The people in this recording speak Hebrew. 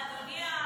אבל אדוני השר,